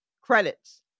credits